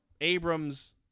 Abrams